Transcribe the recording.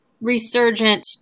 resurgent